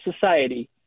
society